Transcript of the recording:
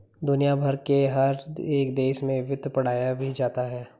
दुनिया भर के हर एक देश में वित्त पढ़ाया भी जाता है